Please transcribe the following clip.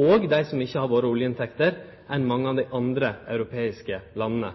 og dei som ikkje har våre oljeinntekter, enn med mange av dei andre europeiske landa.